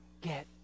get